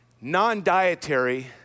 Non-dietary